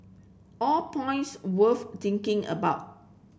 all points worth thinking about